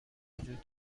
وجود